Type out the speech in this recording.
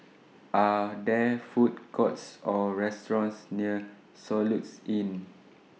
Are There Food Courts Or restaurants near Soluxe Inn